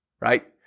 right